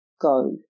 go